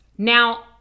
Now